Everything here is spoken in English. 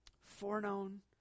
Foreknown